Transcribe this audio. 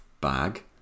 bag